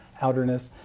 outerness